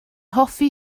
hoffi